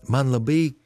man labai